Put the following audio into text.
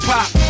Pop